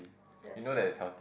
ya sia